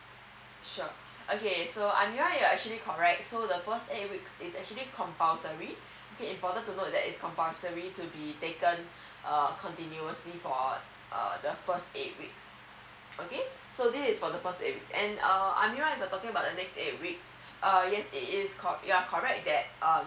sure okay so amira you're actually correct so the first eight weeks is actually compulsory okay important to know that is compulsory to be taken uh continuously for uh the first eight weeks okay so this is for the for first eight weeks and uh amira if you're talking about the next eight weeks uh yes it is called you're correct that uh